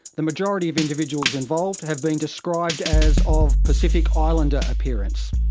the majority of individuals involved have been described as of pacific islander appearance.